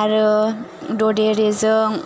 आरो ददेरेजों